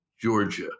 Georgia